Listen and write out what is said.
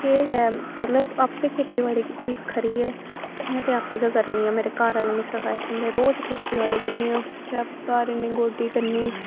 के मतलव आपै खेत्ती बाड़ी कीती खरी ऐ में ते आपै गै करनी आं मेरे गर आह्ले मिगी सखाए दा रोज़ खेत्ती बाड़ी करनी अऊं घर इन्नी गोड्डी करनी